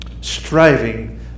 striving